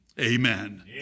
Amen